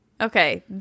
Okay